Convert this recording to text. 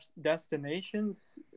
destinations